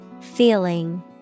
Feeling